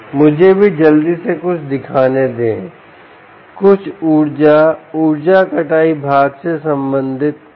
मुझे भी जल्दी से कुछ दिखाने दे कुछ ऊर्जा ऊर्जा कटाई भाग से संबंधित कुछ